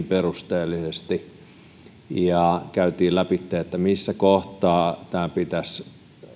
perusteellisesti käytiin lävitse missä kohtaa tämä pitäisi